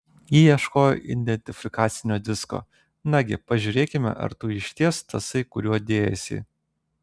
ji ieškojo identifikacinio disko nagi pasižiūrėkime ar tu išties tasai kuriuo dėjaisi